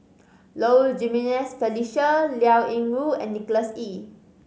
Low Jimenez Felicia Liao Yingru and Nicholas Ee